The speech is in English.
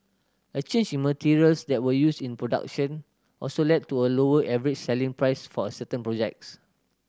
a change in materials that were used in production also led to a lower average selling price for a certain projects